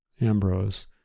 Ambrose